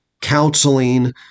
counseling